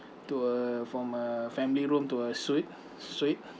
to a from a family room to a suite suite